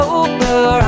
over